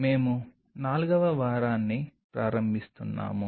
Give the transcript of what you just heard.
మేము 4వ వారాన్ని ప్రారంభిస్తున్నాము